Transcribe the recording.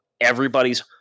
everybody's